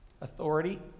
Authority